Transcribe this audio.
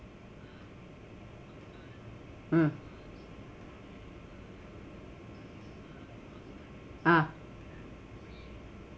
mm ah